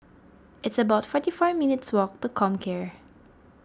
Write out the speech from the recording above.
it's about forty four minutes' walk to Comcare